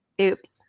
oops